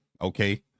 okay